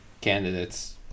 candidates